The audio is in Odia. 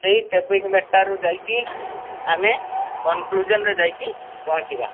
ସେହି ଟପିକ୍ ମ୍ୟାଟର୍କୁ ଯାଇକି ଆମେ କନକ୍ଲ୍ୟୁଜନ୍ରେ ଯାଇକି ପହଞ୍ଚିବା